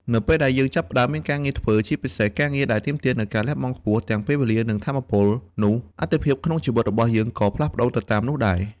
នៅពេលដែលយើងចាប់ផ្តើមមានការងារធ្វើ ជាពិសេសការងារដែលទាមទារនូវការលះបង់ខ្ពស់ទាំងពេលវេលា និងថាមពល នោះអាទិភាពក្នុងជីវិតរបស់យើងក៏ផ្លាស់ប្តូរទៅតាមនោះដែរ។